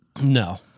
No